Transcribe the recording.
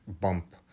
bump